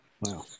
wow